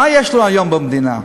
מה יש היום במדינה?